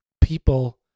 people